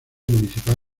municipal